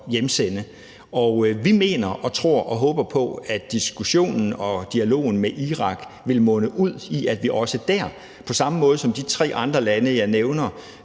Vi mener og tror og håber på, at diskussionen og dialogen med Irak vil munde ud i det samme som med de tre andre lande, jeg nævnte,